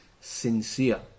sincere